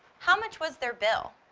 how much was their bill?